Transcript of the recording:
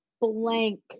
blank